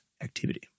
activity